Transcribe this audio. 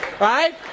Right